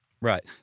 Right